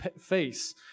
face